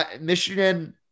Michigan